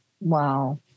Wow